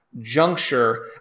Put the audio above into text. juncture